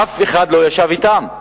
אף אחד לא ישב אתם.